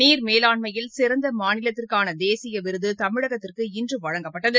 நீர் மேலாண்மையில் சிறந்தமாநிலத்திற்கானதேசியவிருதுதமிழகத்திற்கு இன்றுவழங்கப்பட்டது